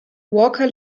walker